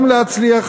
גם להצליח